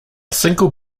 single